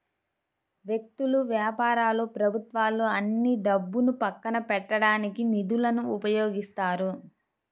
వ్యక్తులు, వ్యాపారాలు ప్రభుత్వాలు అన్నీ డబ్బును పక్కన పెట్టడానికి నిధులను ఉపయోగిస్తాయి